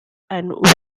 and